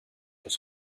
his